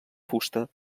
fusta